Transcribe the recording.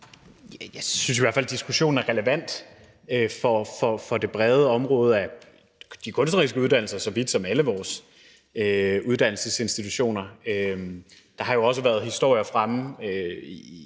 Jeg synes i hvert fald, at diskussionen er relevant for det brede område af de kunstneriske uddannelser såvel som alle vores uddannelsesinstitutioner. Der har jo også været historier fremme i